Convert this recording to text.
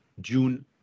June